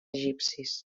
egipcis